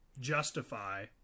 justify